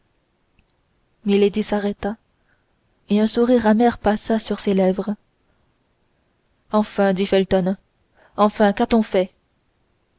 s'arrêta et un sourire amer passa sur ses lèvres enfin dit felton enfin qu'a-t-on fait